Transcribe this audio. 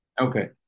Okay